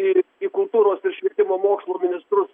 ir į kultūros ir švietimo mokslo ministrus